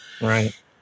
Right